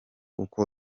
uko